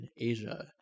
Asia